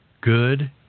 good